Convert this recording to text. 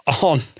on